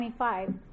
25